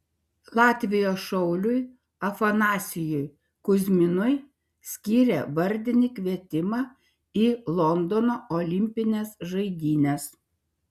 latvijos šauliui afanasijui kuzminui skyrė vardinį kvietimą į londono olimpines žaidynes